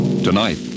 Tonight